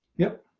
yep.